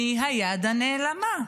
מי היד הנעלמה.